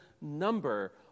number